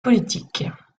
politique